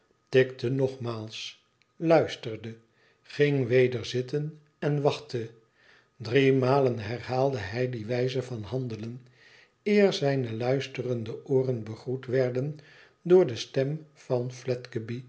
tikte nogmaals luisterde ging weder ziten en wachtte driemalen herhaalde hij die wijze van handelen eer zijne luisterende ooren begroet werden door de stem van